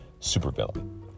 supervillain